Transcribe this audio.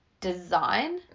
design